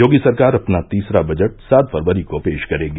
योगी सरकार अपना तीसरा बजट सात फरवरी को पेश करेगी